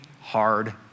hard